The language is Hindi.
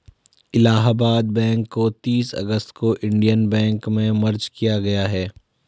इलाहाबाद बैंक को तीस अगस्त को इन्डियन बैंक में मर्ज किया गया है